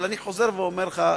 אבל אני חוזר ואומר לך,